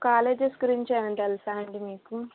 colleges గురించి ఏమన్నా తెలుసా అండి మీకు